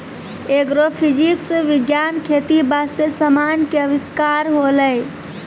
agrophysics विज्ञान खेती बास्ते समान के अविष्कार होलै